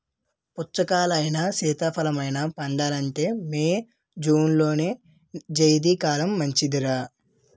పుచ్చకాయలైనా, సీతాఫలమైనా పండాలంటే మే, జూన్లో జైద్ కాలమే మంచిదర్రా